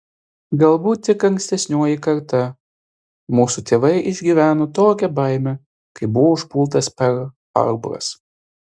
galbūt tik ankstesnioji karta mūsų tėvai išgyveno tokią baimę kai buvo užpultas perl harboras